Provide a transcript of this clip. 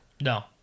no